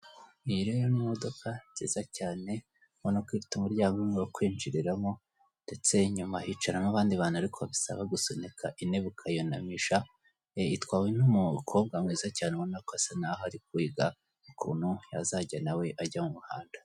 Iyi rero ni imodoka nziza cyane ubona ko ifite umuryango umwe wo kwinjiriramo ndetse inyuma yicaramo abandi bantu ariko bisaba gusunika intebe ukayunamisha, itwawe n'umukobwa mwiza cyane ubona ko asa naho ari kwiga ukuntu yazajya nawe ajya mu muhanda.